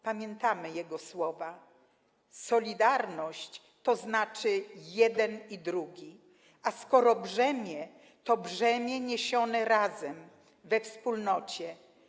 Pamiętamy Jego słowa: Solidarność - to znaczy: jeden i drugi, a skoro brzemię, to brzemię niesione razem, we wspólnocie.